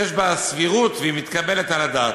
יש בה סבירות, והיא מתקבלת על הדעת,